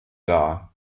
dar